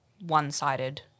one-sided